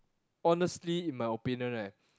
honestly in my opinion right